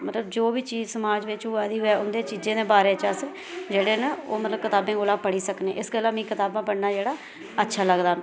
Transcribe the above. मतलब जो बी चीज समाज बिच होआ दी होऐ उंदे चीजें दे बारे च अस जेहडे़ ना ओह् मतलब किताबें कोला पढ़ी सकने इस गल्ला मीं कताबां पढ़ना जेहडा़ अच्छा लगदा